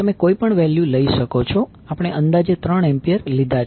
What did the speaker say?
તમે કોઈપણ વેલ્યૂ લઇ શકો છો આપણે અંદાજે 3 એમ્પીયર લીધા છે